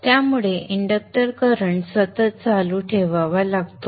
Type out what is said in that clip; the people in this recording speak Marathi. त्यामुळे इंडक्टर करंट सतत चालू ठेवावा लागतो